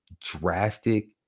drastic